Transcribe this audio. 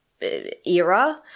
era